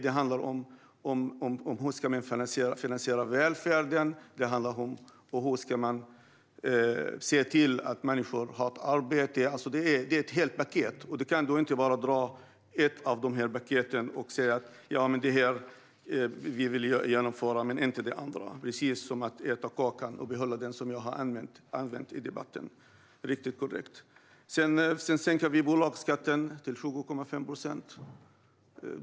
Det handlar om hur man ska finansiera välfärden. Det handlar om hur man ska se till att människor har ett arbete. Det är alltså ett helt paket. Då kan man inte bara ta en del och säga att man vill genomföra den men inte de andra. Precis som jag har sagt handlar det om att äta kakan och behålla den. Vi sänker bolagsskatten till 20,5 procent.